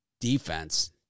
defense